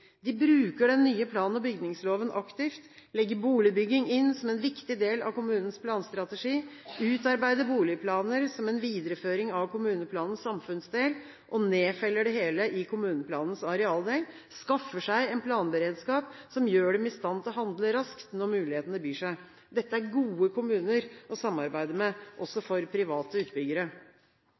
De bruker den nye plan- og bygningsloven aktivt, legger boligbygging inn som en viktig del av kommunens planstrategi, utarbeider boligplaner som en videreføring av kommuneplanens samfunnsdel, nedfeller det hele i kommuneplanens arealdel og skaffer seg en planberedskap som gjør dem i stand til å handle raskt når mulighetene byr seg. Dette er gode kommuner å samarbeide med, også for private utbyggere.